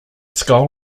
skull